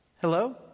Hello